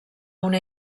una